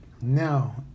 Now